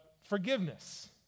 forgiveness